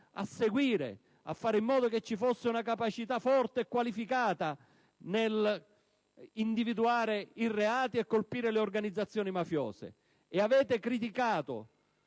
a seguire, a fare in modo che ci fosse una capacità forte e qualificata nell'individuare reati e colpire le organizzazioni mafiose e avete criticato